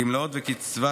מיסוי